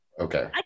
okay